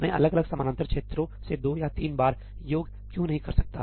मैं अलग अलग समानांतर क्षेत्रों से दो या तीन बार योग क्यों नहीं कर सकता